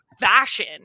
fashion